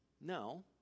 No